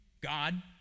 God